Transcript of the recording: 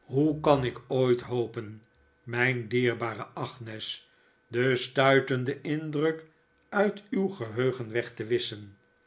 hoe kan ik ooit hopen mijn dierbare agnes den stuitenden indruk uit uw geheugen weg te wisschen